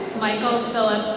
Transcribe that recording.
michael phillip